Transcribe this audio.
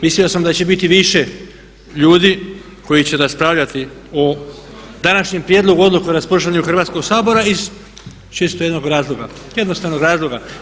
Mislio sam da će biti više ljudi koji će raspravljati o današnjem prijedlogu Odluke o raspuštanju Hrvatskog sabora iz čisto jednog razloga, jednostavnog razloga.